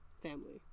family